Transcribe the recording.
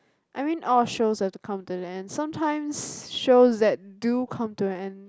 I mean all shows have to come to the end sometimes shows that do come to an end